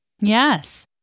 Yes